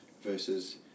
versus